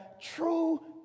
true